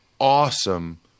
awesome